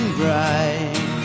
bright